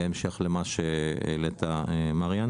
בהמשך למה שמריאן העלה,